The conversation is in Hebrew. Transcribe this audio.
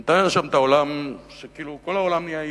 הוא מתאר שם את העולם כאילו כל העולם נהיה עיוור,